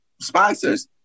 sponsors